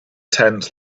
tent